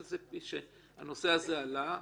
שהנושא הזה עלה,